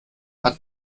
hat